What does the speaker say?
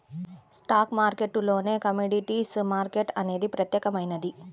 stock మార్కెట్టులోనే commodities market అనేది ప్రత్యేకమైనది